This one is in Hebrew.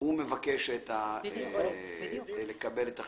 הוא מבקש לקבל את החשבונית.